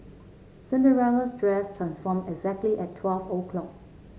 Cinderella's dress transformed exactly at twelve o'clock